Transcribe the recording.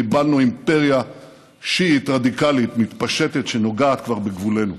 קיבלנו אימפריה שיעית רדיקלית מתפשטת שנוגעת כבר בגבולנו.